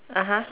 (uh huh)